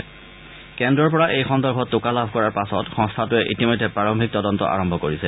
বিষয়াসকলে কৈছে যে কেন্দ্ৰৰ পৰা এই সন্দৰ্ভত টোকা লাভ কৰাৰ পাছত সংস্থাটোৱে ইতিমধ্যে প্ৰাৰম্ভিক তদন্ত আৰম্ভ কৰিছে